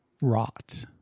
rot